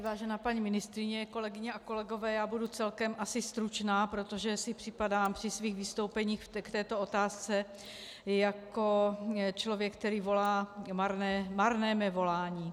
Vážená paní ministryně, kolegyně a kolegové, já budu celkem asi stručná, protože si připadám při svých vystoupeních k této otázce jako člověk, který volá marné mé volání.